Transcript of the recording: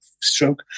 stroke